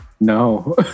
No